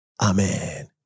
Amen